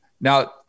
now